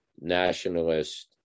Nationalist